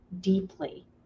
deeply